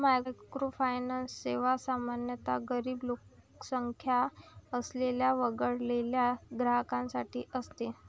microfinance सेवा सामान्यतः गरीब लोकसंख्या असलेल्या वगळलेल्या ग्राहकांसाठी असते